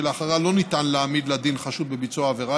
שאחריה לא ניתן להעמיד לדין חשוד בביצוע עבירה,